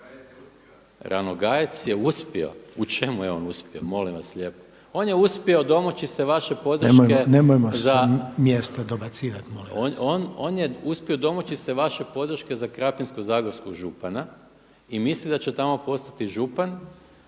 Ranogajec je uspio? U čemu je on uspio, molim vas lijepo? On je uspio domoći se vaše podrške za … …/Upadica Reiner: Nemojmo s mjesta dobacivati molim vas./… On je uspio domoći se vaše podrške za Krapinsko-zagorskog župana i misli da će tamo postati župan